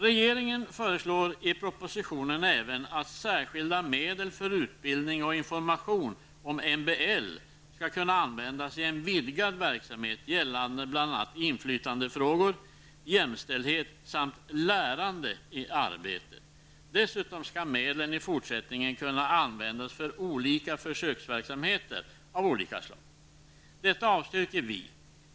Regeringen föreslår även i propositionen att särskilda medel för utbildning och information om MBL skall kunna användas i en vidgad verksamhet gällande bl.a. inflytandefrågor, jämställdhet samt ''lärande'' i arbetet. Dessutom skall medlen i fortsättningen kunna användas för försöksverksamhet av skilda slag. Detta avstyrker vi.